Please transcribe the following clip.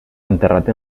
enterrat